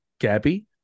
Gabby